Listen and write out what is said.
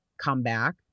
Comeback